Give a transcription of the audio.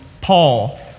Paul